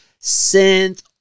synth